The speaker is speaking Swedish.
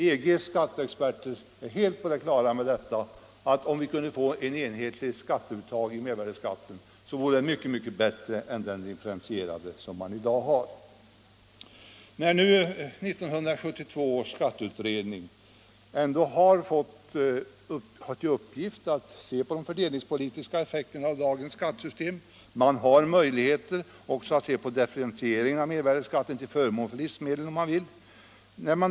EG:s skatteexperter är helt på det klara med att om man kunde få ett enhetligt skatteuttag av mervärdeskatt vore det mycket bättre än dagens differentierade uttag. 1972 års skatteutredning har haft till uppgift att se på de fördelningspolitiska effekterna av dagens skattesystem. Utredningen har även haft möjlighet att föreslå en differentiering av mervärdeskatten till förmån för livsmedel.